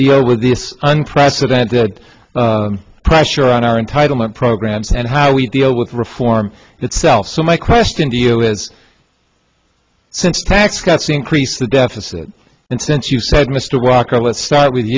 deal with this unprecedented pressure on our entitlement programs and how we deal with reform itself so my question to you is since tax cuts increase the deficit you said mr walker let's start with